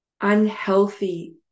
unhealthy